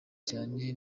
cyane